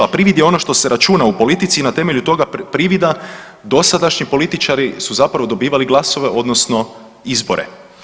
A privid je ono što se računa u politici i na temelju toga privida dosadašnji političari su dobivali glasove odnosno izbore.